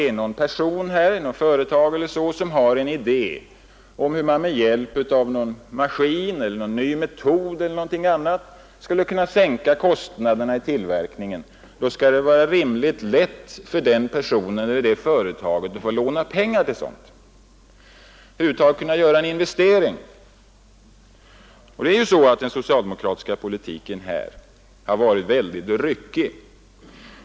Om en person eller ett företag har en idé om hur man med hjälp av någon maskin, någon ny metod eller någonting annat skulle kunna sänka tillverkningskostnaderna, skall det vara rimligt lätt för den personen eller det företaget att få låna pengar och kunna göra en investering. Den socialdemokratiska kreditpolitiken har varit mycket ryckig.